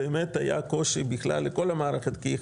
באמת היה קושי בכלל לכל המערכת כי היא